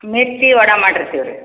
ಮಿರ್ಚಿ ವಡ ಮಾಡಿರ್ತೀವಿ ರೀ